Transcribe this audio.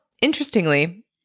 interestingly